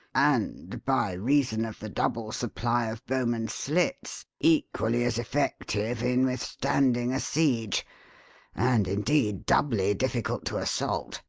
and, by reason of the double supply of bowman's slits, equally as effective in withstanding a siege and, indeed, doubly difficult to assault,